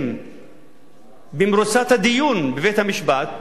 ומצהירים במרוצת הדיון בבית-המשפט: